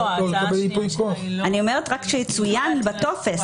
אני רק אומרת שיצוין בטופס.